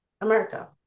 America